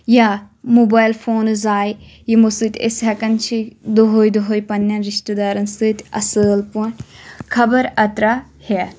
یا mobile phones آے یِمو سٟتۍ أسۍ ہؠکان چھ دۄہے دۄہے پَننین رِشتہٕ دارَن سٟتۍ اصل پٲٹھۍ خبَر اَترا ہؠتھ